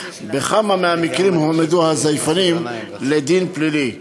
בכמה מהמקרים הועמדו הזייפנים לדין פלילי,